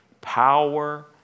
Power